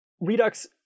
Redux